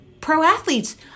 pro-athletes